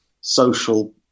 social